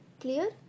Clear